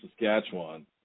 Saskatchewan